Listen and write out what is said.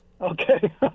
Okay